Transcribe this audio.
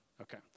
Okay